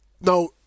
Now